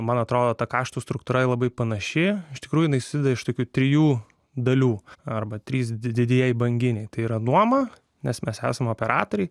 man atrodo ta kašto struktūra labai panaši iš tikrųjų jinai susideda iš tokių trijų dalių arba trys didieji banginiai tai yra nuoma nes mes esame operatoriai